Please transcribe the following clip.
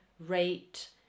Rate